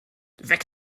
weg